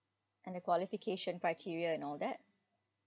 and a qualification criteria and all that